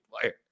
player